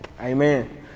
Amen